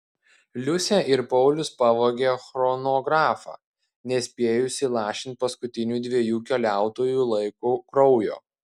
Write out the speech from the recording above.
liusė ir paulius pavogė chronografą nespėjus įlašinti paskutinių dviejų keliautojų laiku kraujo